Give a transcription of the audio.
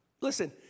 Listen